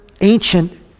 ancient